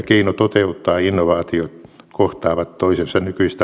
biotalouteen chp voimalat on yksi esimerkki